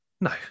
No